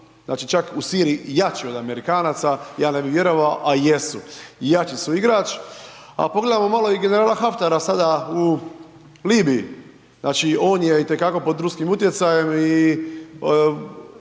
čak u Siriji jači od Amerikanaca, ja ne bi vjerovao, a jesu i jači su igrač. A pogledajmo malo i generala Haftara sada u Libiji. Znači, on je itekako pod ruskim utjecajem i